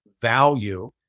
value